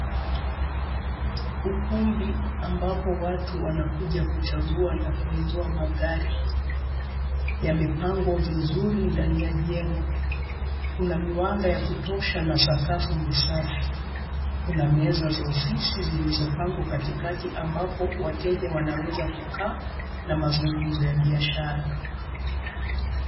Ukumbi ambapo watu wanakuja kuchagua na kunununa magari. Yamepangwa vizuri ndani ya jengo. Kuna miwanga ya kutosha na sakafu ni safi. Kuna meza za ofisi zilizopangwa katikati ambapo wateja wanaweza kukaa na mazungumzo ya biashara.